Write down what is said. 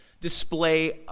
display